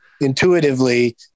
intuitively